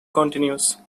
continues